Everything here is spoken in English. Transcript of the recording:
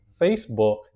Facebook